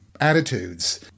attitudes